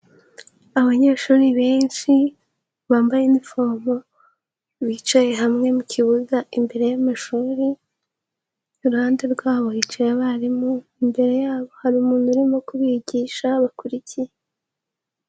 Abanyeshuri benshi bambaye inifomo, bicaye hamwe mu kibuga imbere y'amashuri, iruhande rwaho hicaye abarimu, imbere yabo hari umuntu urimo kubigisha bakurikiye.